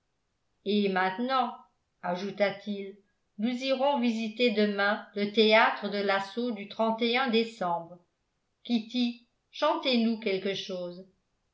et maintenant ajouta-t-il nous irons visiter demain le théâtre de l'assaut du décembre kitty chantez nous quelque chose